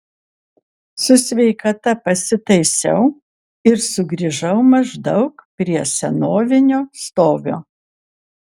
su sveikata pasitaisiau ir sugrįžau maždaug prie senovinio stovio